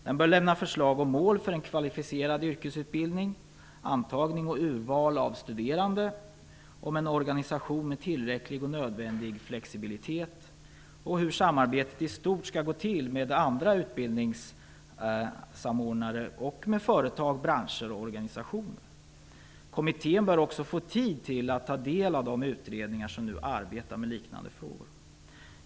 Den bör lämna förslag om mål för en kvalificerad yrkesutbildning, antagning och urval av studerande, organisation med tillräcklig och nödvändig flexibilitet och hur samarbetet i stort skall gå till med andra utbildningssamordnare och med företag, branscher och organisationer. Kommittén bör också få tid till att ta del av de utredningar som nu arbetar med liknande frågor.